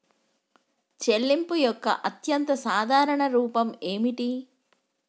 చెల్లింపు యొక్క అత్యంత సాధారణ రూపం ఏమిటి?